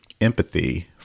empathy